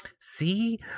See